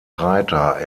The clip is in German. reiter